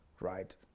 right